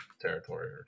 territory